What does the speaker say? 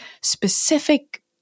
specific